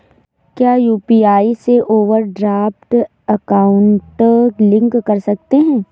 क्या यू.पी.आई से overdraft account link कर सकते हैं?